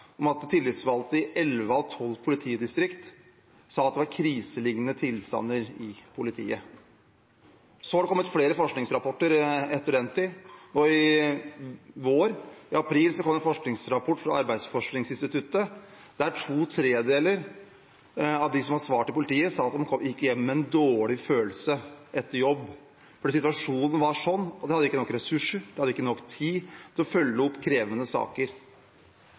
at tillitsvalgte i elleve av tolv politidistrikt mente det var kriselignende tilstander i politiet. Det har kommet flere forskningsrapporter etter den tid, og i vår, i april, kom det en forskningsrapport fra Arbeidsforskningsinstituttet, der to tredjedeler av de som hadde svart i politiet, sa at de gikk hjem med en dårlig følelse etter jobb fordi situasjonen var slik at de ikke hadde nok ressurser, ikke hadde nok tid, til å følge opp krevende saker.